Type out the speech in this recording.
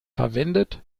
verwendet